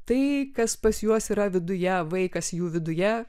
tai kas pas juos yra viduje vaikas jų viduje